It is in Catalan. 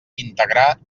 integrar